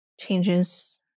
changes